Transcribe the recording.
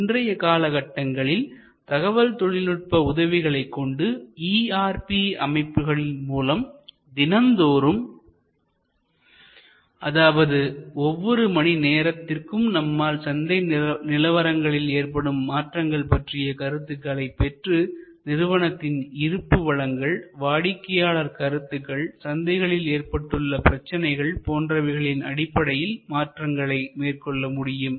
இன்றைய காலகட்டங்களில் தகவல் தொழில்நுட்ப உதவிகளை கொண்டு ERP அமைப்புகளின் மூலம் தினந்தோறும் அதாவது ஒவ்வொரு மணி நேரத்திற்கும் நம்மால் சந்தை நிலவரங்களில் ஏற்படும் மாற்றங்கள் பற்றிய கருத்துக்களை பெற்று நிறுவனத்தின் இருப்பு வளங்கள் வாடிக்கையாளர் கருத்துக்கள் சந்தைகளில் ஏற்பட்டுள்ள பிரச்சனைகள் போன்றவைகளின் அடிப்படையில் மாற்றங்களை மேற்கொள்ள முடியும்